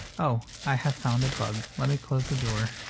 oh, i have found a bug. let me close the door.